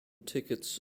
tickets